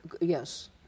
Yes